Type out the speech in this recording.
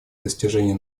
достижений